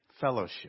fellowship